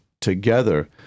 together